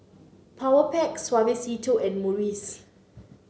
Powerpac Suavecito and Morries